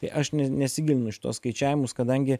tai aš net nesigilinu į šituos skaičiavimus kadangi